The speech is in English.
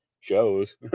shows